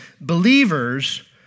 believers